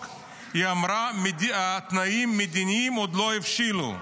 אמרה: התנאים המדיניים עוד לא הבשילו.